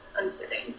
unfitting